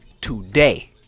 today